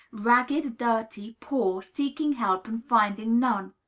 ragged, dirty, poor, seeking help and finding none!